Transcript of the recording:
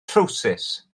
trowsus